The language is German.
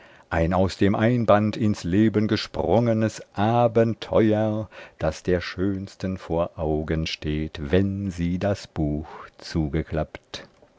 ein aus dem einband ins leben gesprungenes abenteuer das der schönsten vor augen steht wenn sie das buch zugeklappt